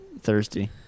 Thirsty